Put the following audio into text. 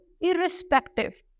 irrespective